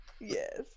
yes